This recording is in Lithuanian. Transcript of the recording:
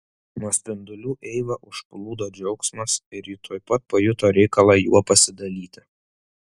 nuo spindulių eivą užplūdo džiaugsmas ir ji tuoj pat pajuto reikalą juo pasidalyti